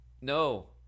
No